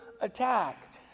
attack